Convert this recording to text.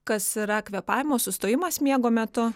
kas yra kvėpavimo sustojimas miego metu